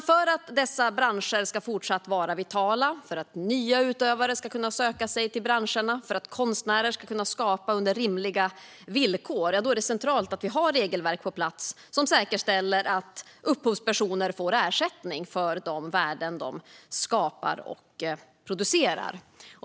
För att dessa branscher ska fortsätta att vara vitala, för att nya utövare ska kunna söka sig till branscherna och för att konstnärer ska kunna skapa under rimliga villkor är det centralt att vi har regelverk på plats som säkerställer att upphovspersoner får ersättning för de värden som de skapar och producerar.